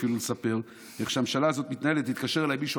לספר איך הממשלה הזו מתנהלת: התקשר אליי מישהו,